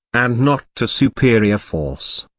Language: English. and not to superior force.